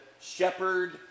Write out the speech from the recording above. shepherd